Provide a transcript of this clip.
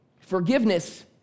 Forgiveness